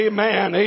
Amen